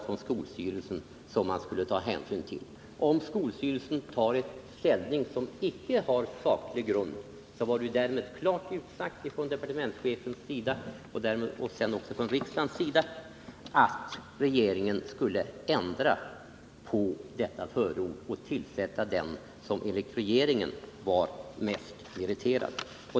Departementschefen och sedan också riksdagen har klart uttalat att om skolstyrelsen gör ett ställningstagande som icke är sakligt grundat skall regeringen ändra på detta förord och tillsätta den som enligt regeringen är mest meriterad.